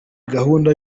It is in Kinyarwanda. gahunda